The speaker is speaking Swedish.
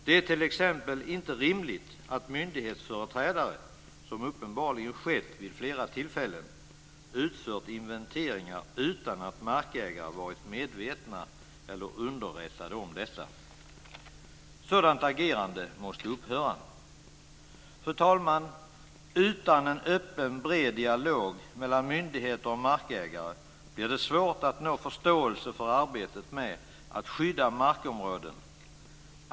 Det är t.ex. inte rimligt att myndighetsföreträdare utfört inventeringar utan att markägare varit medvetna eller underrättade om detta, vilket uppenbarligen skett vid flera tillfällen. Sådant agerande måste upphöra. Fru talman! Utan en öppen och bred dialog mellan myndigheter och markägare blir det svårt att nå förståelse för arbetet med att skydda markområden.